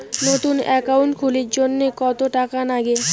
নতুন একাউন্ট খুলির জন্যে কত টাকা নাগে?